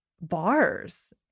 bars